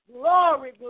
Glory